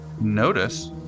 notice